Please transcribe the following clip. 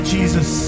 Jesus